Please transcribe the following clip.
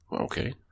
Okay